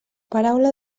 paraula